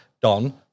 Don